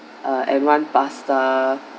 uh one pasta